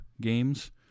games